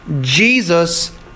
Jesus